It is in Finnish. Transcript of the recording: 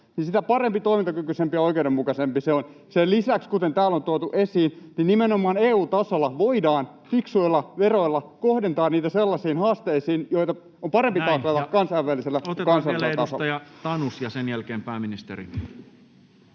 sitä parempi, toimintakykyisempi ja oikeudenmukaisempi se on. Sen lisäksi, kuten täällä on tuotu esiin, nimenomaan EU:n tasolla voidaan fiksuja veroja kohdentaa sellaisiin haasteisiin, joita on parempi taklata kansainvälisellä kuin kansallisella tasolla. [Speech 118] Speaker: Toinen